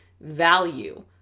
value